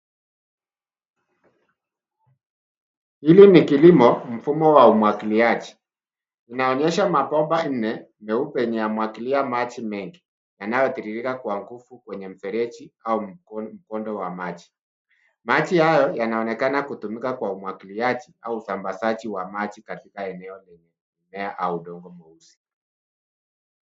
Hii ni kilimo, mfumo wa umwagiliaji. Inaonyesha mabomba nne meupe inayomwagilia maji mengi yanayotiririka kwa nguvu kwenye mfereji au mkondo wa maji. Maji hayo yanaonekana kutumika katika umwagiliaji au usambazaji wa maji katika eneo lenye mimea au udongo mweusi.